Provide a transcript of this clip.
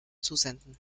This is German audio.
zusenden